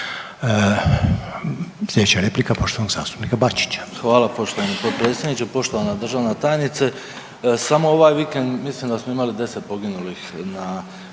Slijedeća replika poštovanog zastupnika Bačića.